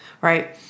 right